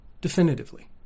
definitively